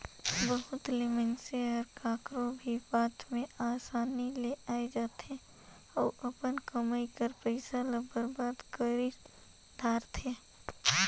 बहुत ले मइनसे हर काकरो भी बात में असानी ले आए जाथे अउ अपन कमई कर पइसा ल बरबाद कइर धारथे